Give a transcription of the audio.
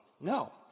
no